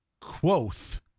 Quoth